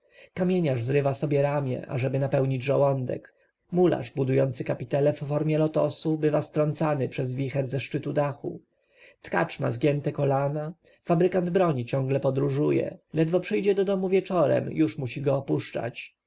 kamieniarz zrywa sobie ramię ażeby napełnić żołądek mularz budujący kapitele w formie lotosu bywa strącany przez wicher ze szczytu dachu tkacz ma zgięte kolana fabrykant broni ciągle podróżuje ledwo przyjedzie do domu wieczorem już musi go opuszczać